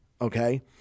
okay